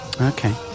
Okay